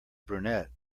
brunette